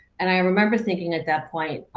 and i remember thinking at that point,